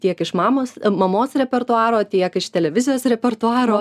tiek iš mamos mamos repertuaro tiek iš televizijos repertuaro